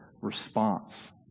response